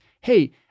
Hey